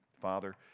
Father